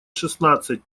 шестнадцать